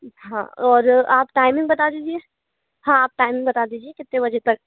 हाँ और आप टाइमिंग बता दीजिए हाँ आप टाइम बता दीजिए कितने बजे तक